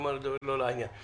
אין מה לדבר לא לעניין.